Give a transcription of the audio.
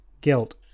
guilt